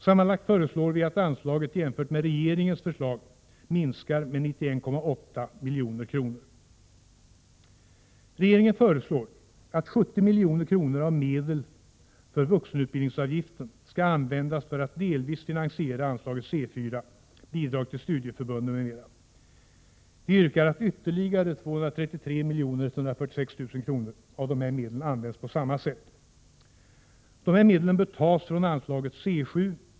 Sammanlagt föreslår vi att anslaget jämfört med regeringens förslag minskas med 91,8 milj.kr. Regeringen föreslår att 70 milj.kr. av medel för vuxenutbildningsavgiften skall användas för att delvis finansiera anslaget C4. Bidrag till studieförbunden m.m. Vi yrkar att ytterligare 233 146 000 kr. av dessa medel används på samma sätt. Dessa medel bör tas dels från anslaget C7.